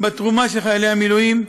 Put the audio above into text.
בתרומה של חיילי המילואים,